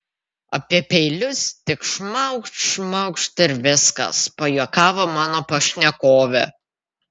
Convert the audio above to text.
apie peilius tik šmaukšt šmaukšt ir viskas pajuokavo mano pašnekovė